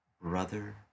brother